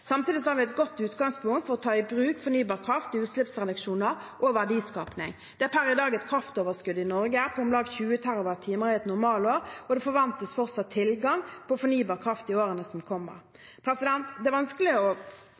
har vi et godt utgangspunkt for å ta i bruk fornybar kraft til utslippsreduksjoner og verdiskaping. Det er per i dag et kraftoverskudd i Norge på om lag 20 TWh i et normalår, og det forventes fortsatt tilgang på fornybar kraft i årene som kommer. Det er vanskelig å